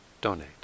donate